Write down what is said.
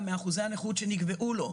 גם מאחוזי הנכות שנקבעו לו.